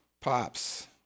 Pops